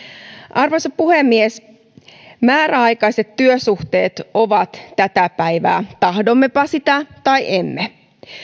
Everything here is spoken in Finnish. arvoisa puhemies määräaikaiset työsuhteet ovat tätä päivää tahdommepa sitä tai emme